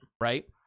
right